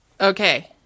Okay